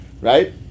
right